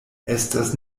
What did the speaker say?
estas